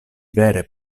vere